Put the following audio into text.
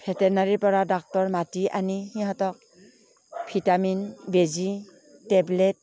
ভেটেনাৰীৰ পৰা ডাক্তৰ মাতি আনি সিহঁতক ভিটামিন বেজী টেবলেট